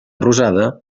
rosada